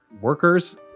workers